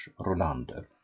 Rolander